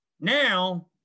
Now